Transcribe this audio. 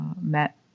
met